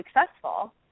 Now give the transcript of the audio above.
successful